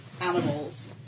Animals